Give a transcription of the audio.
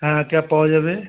হ্যাঁ ক্যাব পাওয়া যাবে